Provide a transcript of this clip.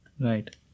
right